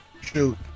Shoot